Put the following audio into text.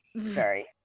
Sorry